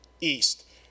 East